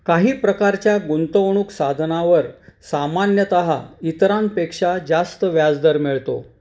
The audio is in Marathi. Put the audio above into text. काही प्रकारच्या गुंतवणूक साधनावर सामान्यतः इतरांपेक्षा जास्त व्याजदर मिळतो